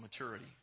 maturity